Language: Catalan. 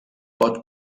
pot